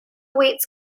weights